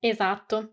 Esatto